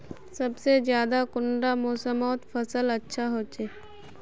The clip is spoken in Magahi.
सबसे ज्यादा कुंडा मोसमोत फसल अच्छा होचे?